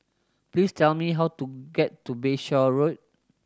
please tell me how to get to Bayshore Road